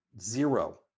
zero